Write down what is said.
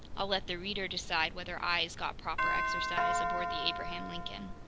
i'll let the reader decide whether eyes got proper exercise aboard the abraham lincoln.